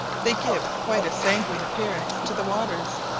they give quite a sanguine appearance to the waters,